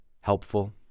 helpful